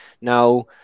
now